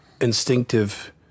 instinctive